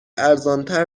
ارزانتر